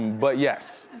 but yes.